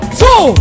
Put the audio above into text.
two